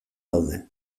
daude